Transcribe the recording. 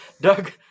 Doug